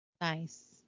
Nice